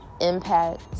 impact